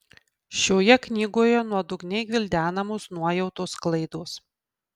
šioje knygoje nuodugniai gvildenamos nuojautos klaidos